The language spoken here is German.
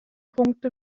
punkte